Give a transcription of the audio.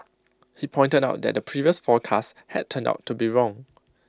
he pointed out that previous forecasts had turned out to be wrong